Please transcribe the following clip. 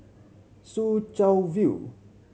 Soo Chow View